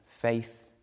Faith